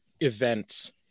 events